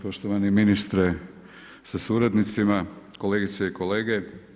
Poštovani ministre sa suradnicima, kolegice i kolege.